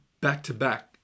back-to-back